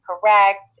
correct